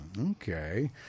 Okay